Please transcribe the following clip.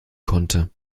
konnte